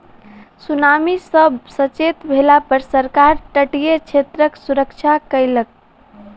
tsunami सॅ सचेत भेला पर सरकार तटीय क्षेत्रक सुरक्षा कयलक